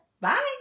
bye